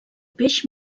peix